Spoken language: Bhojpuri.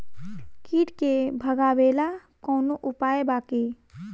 कीट के भगावेला कवनो उपाय बा की?